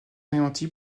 anéantie